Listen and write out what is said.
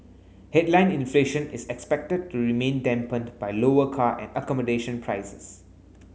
headline inflation is expected to remain dampened by lower car and accommodation prices